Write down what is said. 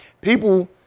people